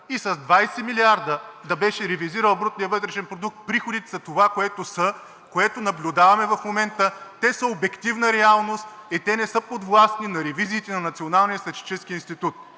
И с 20 милиарда да беше ревизирал брутния вътрешен продукт, приходите са това, което са, което наблюдаваме в момента – те са обективна реалност и не са подвластни на ревизиите на